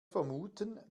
vermuten